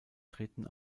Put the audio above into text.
treten